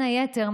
בין היתר,